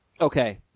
Okay